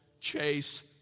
chase